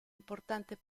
importante